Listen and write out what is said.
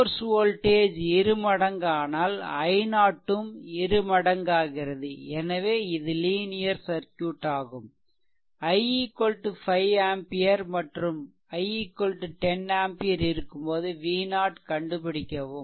source voltage இருமடங்கானால் i0 ம் இரு மடங்காகிறது எனவே இது லீனியர் சர்க்யூட் i 5ஆம்பியர் மற்றும் i 10 ஆம்பியர் இருக்கும்போது V0 கண்டுபிடிக்கவும்